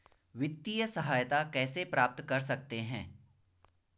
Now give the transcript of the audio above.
वित्तिय सहायता कैसे प्राप्त कर सकते हैं?